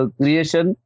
creation